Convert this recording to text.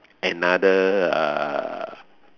another uh